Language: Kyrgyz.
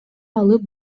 алып